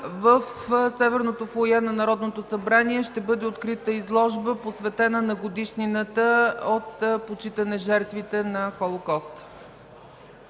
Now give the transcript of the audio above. В северното фоайе на Народното събрание ще бъде открита изложба, посветена на годишнината от почитане жертвите на Холокоста.